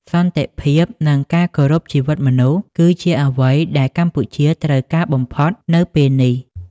សន្តិភាព និងការគោរពជីវិតមនុស្ស គឺជាអ្វីដែលកម្ពុជាត្រូវការបំផុតនៅពេលនេះ។